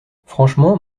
franchement